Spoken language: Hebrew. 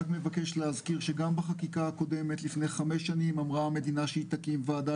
שנאמר על ידי רועי,